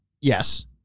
Yes